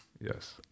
Yes